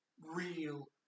real